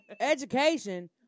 Education